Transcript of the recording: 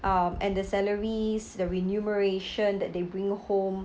um and the salaries the remuneration that they bring home